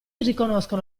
riconoscono